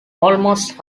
almost